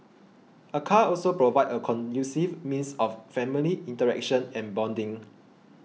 a car also provides a conducive means of family interaction and bonding